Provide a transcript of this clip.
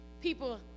people